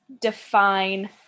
define